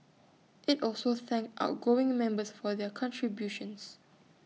IT also thanked outgoing members for their contributions